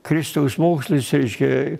kristaus mokslus reiškia